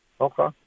Okay